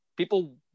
People